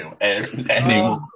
anymore